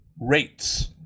rates